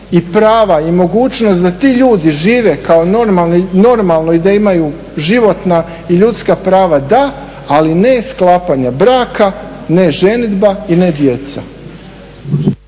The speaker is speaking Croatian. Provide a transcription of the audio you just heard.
i prava i mogućnost da ti ljudi žive normalno i da imaju životna i ljudska prava da, ali ne sklapanja braka, ne ženidba i ne djeca.